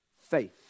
Faith